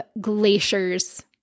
glaciers